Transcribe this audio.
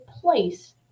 place